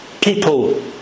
people